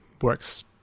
works